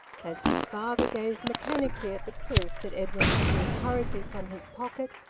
as his father gazed mechanically at the proof that edwin produced hurriedly from his pocket,